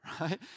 right